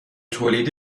تولید